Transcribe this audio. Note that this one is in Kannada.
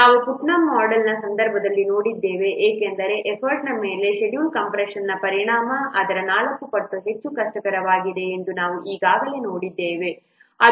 ನಾವು ಪುಟ್ನಮ್ ಮೋಡೆಲ್ನ ಸಂದರ್ಭದಲ್ಲಿ ನೋಡಿದ್ದೇವೆ ಏಕೆಂದರೆ ಎಫರ್ಟ್ನ ಮೇಲೆ ಷೆಡ್ಯೂಲ್ ಕಂಪ್ರೆಶನ್ನ ಪರಿಣಾಮ ಅದರ 4 ಪಟ್ಟು ಹೆಚ್ಚು ಕಷ್ಟಕರವಾಗಿದೆ ಮತ್ತು ನಾವು ಈಗಾಗಲೇ ನೋಡಿದ್ದೇವೆ ಅದು ಟು ದ ಪವರ್ 4 ಆಗಿದೆ